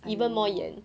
!aiyo!